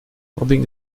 mobbing